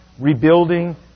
rebuilding